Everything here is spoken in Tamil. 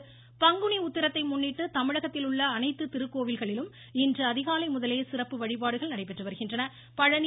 பங்குனி உத்திரம் பங்குனி உத்திரத்தை முன்னிட்டு தமிழகத்தில் உள்ள அனைத்து திருக்கோவில்களிலும் இன்று அதிகாலை முதலே சிறப்பு வழிபாடுகள் நடைபெற்று வருகின்றன